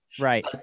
right